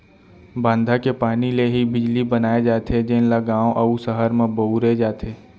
बांधा के पानी ले ही बिजली बनाए जाथे जेन ल गाँव अउ सहर म बउरे जाथे